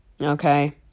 okay